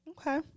Okay